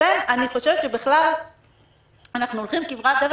לכן אני חושבת שבכלל אנחנו הולכים כברת דרך